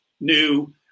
new